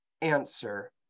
answer